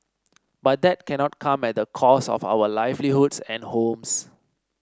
but that cannot come at the cost of our livelihoods and homes